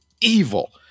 evil